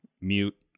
Mute